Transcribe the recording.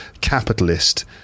capitalist